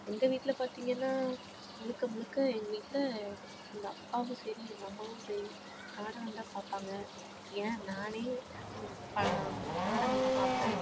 எங்கள் வீட்டில் பார்த்தீங்கன்னா முழுக்க முழுக்க எங்கள் வீட்டில் எங்கள் அப்பாவும் சரி எங்கள் அம்மாவும் சரி நாடகம் தான் பார்ப்பாங்க ஏன் நானே நாடகம் தான் பார்ப்பேன்